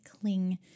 cling